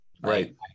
Right